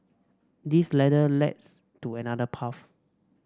this ladder leads to another path